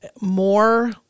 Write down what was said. more